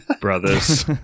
brothers